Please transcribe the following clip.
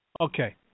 Okay